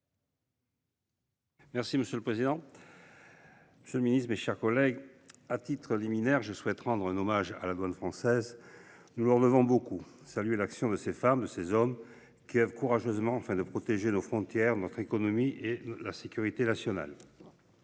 Monsieur le président, monsieur le ministre, mes chers collègues, à titre liminaire, je souhaite rendre un hommage à la douane française, car nous lui devons beaucoup. Je veux saluer l’action de ces femmes et de ces hommes qui œuvrent courageusement afin de protéger nos frontières, notre économie et la sécurité nationale.